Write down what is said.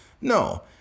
No